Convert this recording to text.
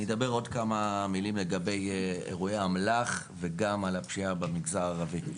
אני אגיד עוד כמה מילים על אירועי אמל"ח וגם על הפשיעה במגזר הערבי.